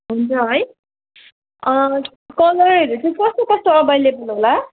हुन्छ है कलरहरू चाहिँ कस्तो कस्तो अभाएलेबल होला